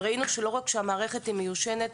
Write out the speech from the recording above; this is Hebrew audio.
ראינו שלא רק שהמערכת היא מיושנת,